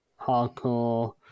hardcore